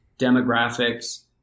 demographics